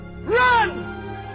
run